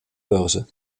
börse